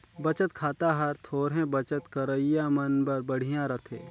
बचत खाता हर थोरहें बचत करइया मन बर बड़िहा रथे